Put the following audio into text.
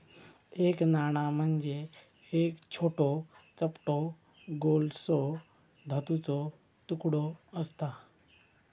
एक नाणा म्हणजे एक छोटो, चपटो गोलसो धातूचो तुकडो आसता